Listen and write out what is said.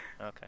Okay